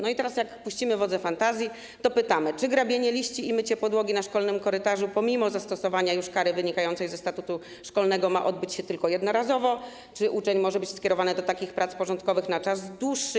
I teraz gdy puścimy wodze fantazji, to pytamy: Czy grabienie liści i mycie podłogi na szkolnym korytarzu pomimo zastosowania już kary wynikającej ze statutu szkolnego ma odbyć się tylko jednorazowo, czy uczeń może być skierowany do takich prac porządkowych na czas dłuższy?